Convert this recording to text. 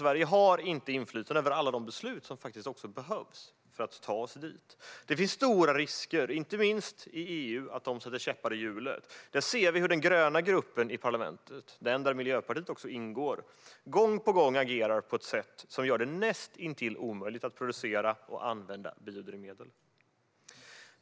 Sverige har inte inflytande över alla de beslut som faktiskt behövs för att ta oss dit. Det finns stora risker, inte minst att man inom EU sätter käppar i hjulet. Vi ser hur den gröna gruppen i parlamentet - den grupp som även Miljöpartiet ingår i - gång på gång agerar på ett sätt som gör det näst intill omöjligt att producera och använda biodrivmedel.